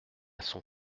son